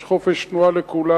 יש חופש תנועה לכולם.